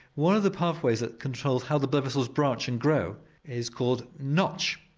one of the pathways that controls how the blood vessels branch and grow is called notch,